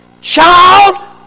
Child